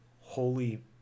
holy